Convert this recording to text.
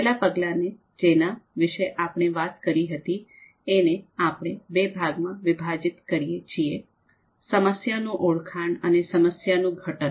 પહેલા પગલાને જેના વિશે આપણે વાત કરી હતી એને આપણે બે ભાગો માં વિભાજીત કરીએ છીએ સમસ્યાનું ઓળખાણ અને સમસ્યા નું ઘટન